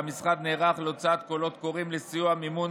והמשרד נערך להוצאת קולות קוראים לסיוע במימון